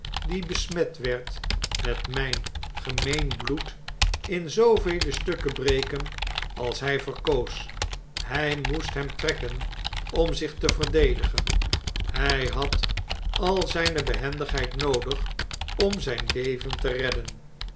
die besmet werd met mijn gemeen bloed in zoovele stukken breken als hij verkoos hij moest hem trekken om zich te verdedigen hij had al zijne behendigheid noodig om zijn leven te redden